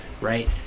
right